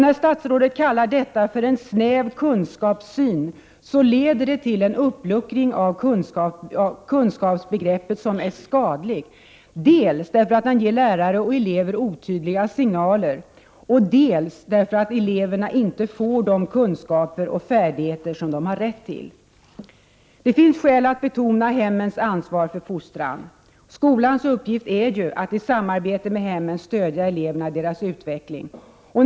När statsrådet kallar detta för en snäv kunskapssyn leder det till en uppluckring av kunskapsbegreppet som är skadlig — dels därför att han ger lärare och elever otydliga signaler, dels därför att eleverna inte får de kunskaper och färdigheter som de har rätt till. Det finns skäl att betona hemmens ansvar för barnens fostran. Skolans uppgift är att i samarbete med hemmen stödja eleverna i deras utveckling.